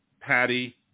patty